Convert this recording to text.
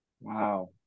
Wow